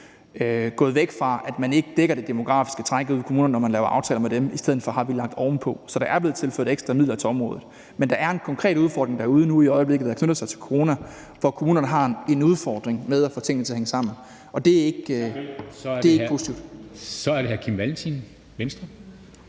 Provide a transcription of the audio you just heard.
gået væk fra, at man ikke dækker det demografiske træk ude i kommunerne, når man laver aftaler med dem. I stedet for har vi lagt ovenpå. Så der er blevet tilført ekstra midler til området, men der er en konkret udfordring derude i øjeblikket, der knytter sig til corona, for kommunerne har en udfordring med at få tingene til at hænge sammen, og det er ikke positivt. Kl. 09:53 Formanden (Henrik